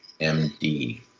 MD